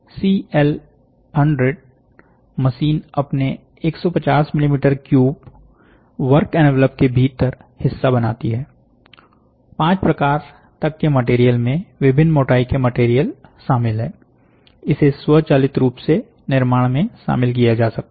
CL100 machine अपने 150 millimetre cube work envelope के भीतर हिस्सा बनाती है पांच प्रकार तक के मटेरियल में विभिन्न मोटाई के मटेरियल शामिल है इसे स्वचालित रूप से निर्माण में शामिल किया जा सकता है